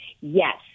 Yes